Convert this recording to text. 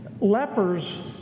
lepers